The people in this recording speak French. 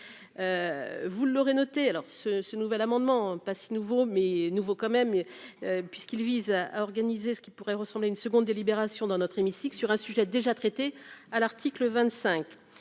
vous l'aurez noté alors ce ce nouvel amendement pas si nouveau, mais nouveaux quand même puisqu'il vise à organiser ce qui pourrait ressembler à une seconde délibération dans notre hémicycle sur un sujet déjà traité à l'article 25,